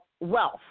wealth